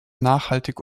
nachhaltig